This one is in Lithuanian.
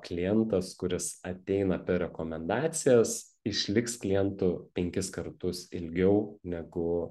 klientas kuris ateina per rekomendacijas išliks klientu penkis kartus ilgiau negu